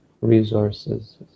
resources